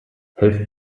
helft